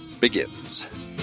begins